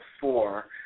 four